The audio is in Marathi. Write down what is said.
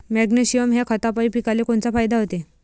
मॅग्नेशयम ह्या खतापायी पिकाले कोनचा फायदा होते?